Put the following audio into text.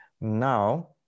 Now